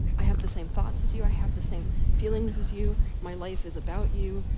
i have the same thoughts as you, i have the same feelings as you, my life is about you,